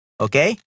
Okay